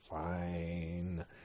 Fine